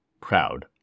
proud